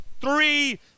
three